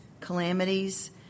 calamities